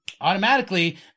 automatically